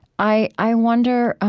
i i wonder